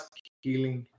healing